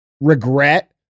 regret